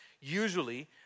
Usually